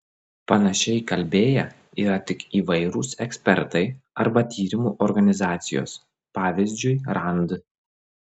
panašiai kalbėję yra tik įvairūs ekspertai arba tyrimų organizacijos pavyzdžiui rand